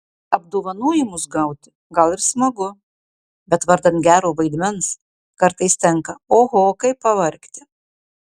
apdovanojimus gauti gal ir smagu bet vardan gero vaidmens kartais tenka oho kaip pavargti